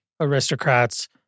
aristocrats